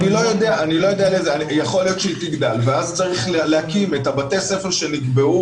יכול להיות שהיא תגדל ואז את בתי הספר שנקבעו